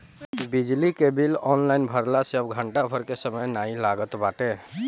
बिजली के bill online भरला से अब घंटा भर के समय नाइ लागत बाटे